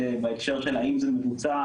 בהקשר של האם זה מבוצע,